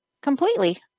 completely